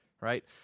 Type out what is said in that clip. right